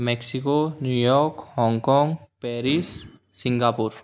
Mexico New York Hong Kong Paris Singapore